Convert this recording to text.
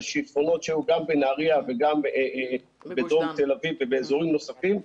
השיטפונות שהיו גם בנהריה וגם בדרום תל אביב ובאזורים נוספים,